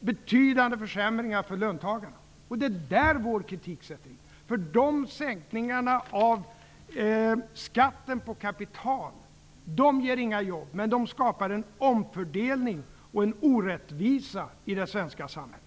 betydande försämringar för löntagarna. Det är där vår kritik sätter in. Sänkningarna av skatten på kapital ger inga jobb, men de skapar en omfördelning och en orättvisa i det svenska samhället.